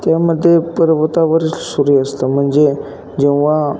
त्यामध्ये पर्वतावरच सूर्यास्त म्हणजे जेव्हा